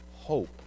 hope